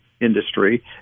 industry